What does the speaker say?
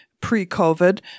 pre-COVID